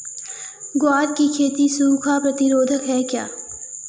ग्वार की खेती सूखा प्रतीरोधक है क्या?